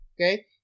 Okay